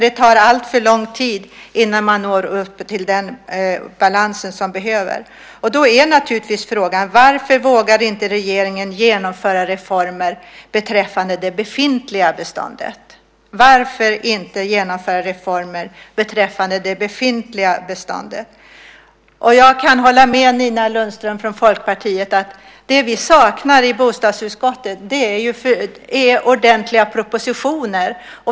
Det tar alltför lång tid innan man når upp till den balans som behövs. Då är naturligtvis frågan: Varför vågar inte regeringen genomföra reformer beträffande det befintliga beståndet? Jag kan hålla med Nina Lundström från Folkpartiet om att det vi saknar i bostadsutskottet är ordenliga propositioner.